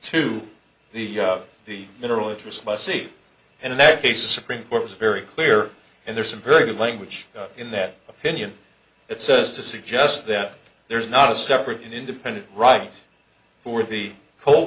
to the the mineral interest lessee and in that case a supreme court was very clear and there's some very good language in that opinion that says to suggest that there's not a separate independent right for the whole